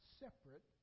separate